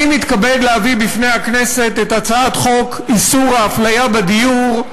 אני מתכבד להביא בפני חברי הכנסת את הצעת חוק איסור הפליה בדיור,